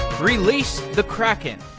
release the kraken!